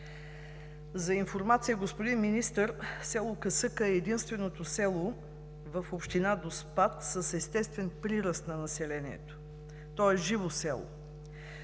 За информация, господин Министър, село Касъка е единственото село в община Доспат с естествен прираст на населението. То е живо село.